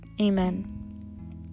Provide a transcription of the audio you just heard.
Amen